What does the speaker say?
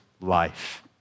life